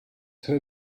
her